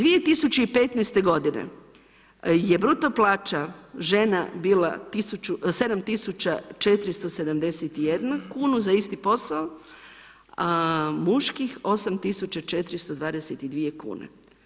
2015. godine je bruto plaća žena bila 7471 kunu za isti posao, a muških 8422 kune.